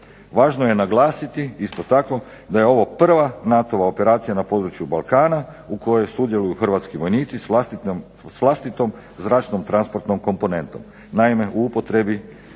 Važno je naglasiti isto tako da je ovo prva NATO-ova operacija na području Balkana u kojoj sudjeluju i hrvatski vojnici s vlastitom zračnom transportnom komponentom. Naime, u upotrebi su